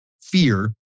fear